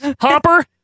Hopper